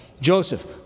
Joseph